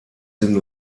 hin